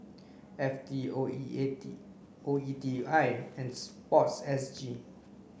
F T O E I T O E T I and sport S G